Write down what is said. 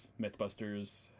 mythbusters